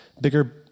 bigger